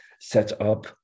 setup